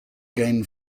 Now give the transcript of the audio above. gain